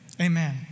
Amen